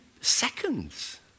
seconds